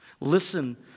Listen